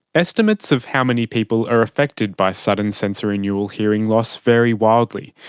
estimates of how many people are affected by sudden sensorineural hearing loss vary wildly.